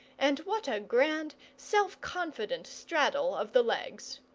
and what a grand, self-confident straddle of the legs!